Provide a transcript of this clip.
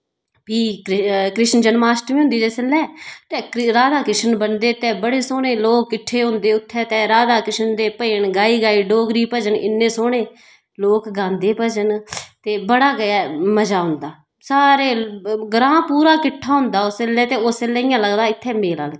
फ्ही कृष्णजन्माष्टमी होंदी जिस बेल्लै ते राधा कृष्ण बनदे ते बड़े सोह्ने लोक किट्ठे होंदे उत्थें ते राधा कृष्ण दे भजन गाई गाई डोगरी भजन इन्ने सोह्ने लोक गांदे भजन ते बड़ा गै मजा औंदा सारे ग्रांऽ पूरा किट्ठा होंदे उसलै ते उसलै इ'यां लगदा इत्थें मेला लग्गे दा